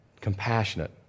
Compassionate